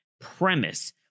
premise